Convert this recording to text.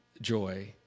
joy